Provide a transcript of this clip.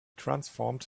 transformed